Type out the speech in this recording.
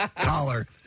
collar